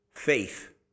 Faith